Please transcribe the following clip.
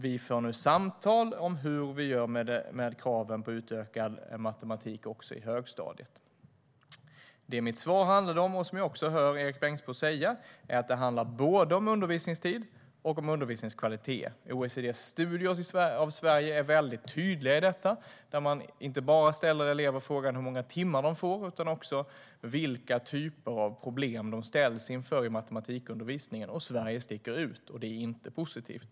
Vi för nu samtal om hur vi ska göra med kraven på utökad matematik också i högstadiet. Det som mitt svar handlade om och som jag också hör Erik Bengtzboe säga är att det gäller både undervisningstid och undervisningens kvalitet. OECD:s studier av Sverige är väldigt tydliga i detta. Man ställer inte bara frågan till eleverna om hur många timmars undervisning de får utan också vilka typer av problem som de ställs inför i matematikundervisningen. Sverige sticker ut, och det är inte positivt.